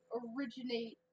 originate